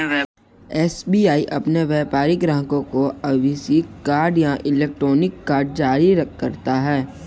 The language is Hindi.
एस.बी.आई अपने व्यापारिक ग्राहकों को आभासीय कार्ड या इलेक्ट्रॉनिक कार्ड जारी करता है